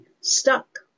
stuck